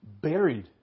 buried